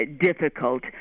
difficult